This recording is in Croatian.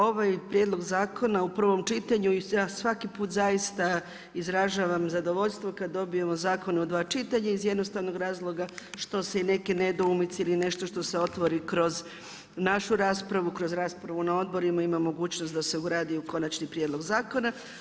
Ovaj prijedlog zakon u prvom čitanju, ja svaki put zaista izražavam zadovoljstvo kad dobijemo zakon u dva čitanja iz jednostavnog razloga što se neke nedoumice ili nešto što se otvori kroz našu raspravu, kroz raspravu na odborima, ima mogućnost da se ugradi u konačni prijedlog zakona.